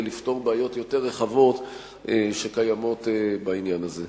לפתור בעיות יותר רחבות שקיימות בעניין הזה.